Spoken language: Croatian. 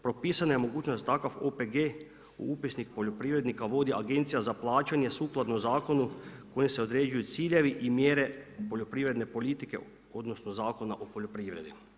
Propisana je mogućnost da takav OPG u upisnik poljoprivrednika vodi Agencija za plaćanje sukladno zakonu kojim se određuju ciljevi i mjere poljoprivredne politike odnosno Zakona o poljoprivredi.